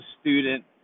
student